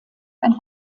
ein